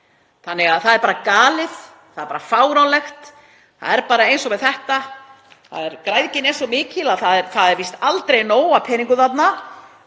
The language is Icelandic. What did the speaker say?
Þannig að það er bara galið, það er bara fáránlegt. Það er eins og með þetta, græðgin er svo mikil að það er víst aldrei nóg af peningum þarna